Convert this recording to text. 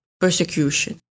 persecution